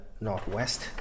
northwest